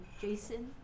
Jason